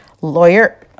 Lawyer